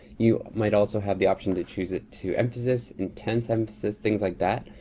you might also have the option to choose it to emphasis, intense emphasis, things like that.